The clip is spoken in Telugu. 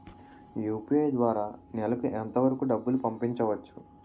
యు.పి.ఐ ద్వారా నెలకు ఎంత వరకూ డబ్బులు పంపించవచ్చు?